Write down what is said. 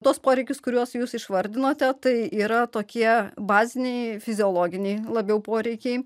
tuos poreikius kuriuos jūs išvardinote tai yra tokie baziniai fiziologiniai labiau poreikiai